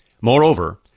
Moreover